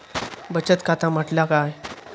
बचत खाता म्हटल्या काय?